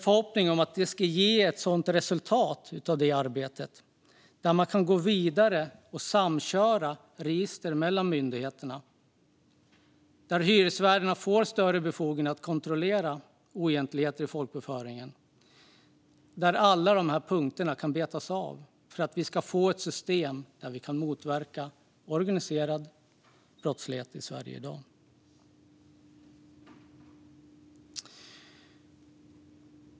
Förhoppningen är att arbetet ska ge ett sådant resultat att man kan gå vidare och samköra register mellan myndigheterna, att hyresvärdarna ska få större befogenheter att kontrollera oegentligheter i folkbokföringen och att alla dessa punkter ska betas av så att vi får ett system där vi kan motverka organiserad brottslighet i Sverige i dag.